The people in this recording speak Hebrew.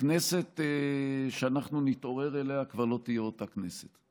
הכנסת שאנחנו נתעורר אליה כבר לא תהיה אותה כנסת.